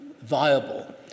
viable